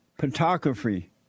photography